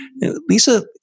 Lisa